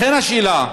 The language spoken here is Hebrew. לכן השאלה.